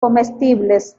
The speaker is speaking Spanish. comestibles